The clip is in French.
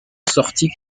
sortit